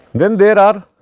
then there are